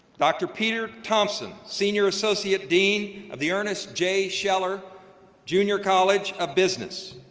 dr. peter thompson, senior associate dean of the ernest j. scheller jr. college of business.